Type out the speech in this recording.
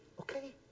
okay